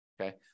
okay